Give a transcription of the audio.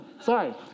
sorry